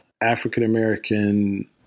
African-American